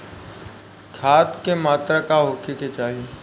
खाध के मात्रा का होखे के चाही?